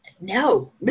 no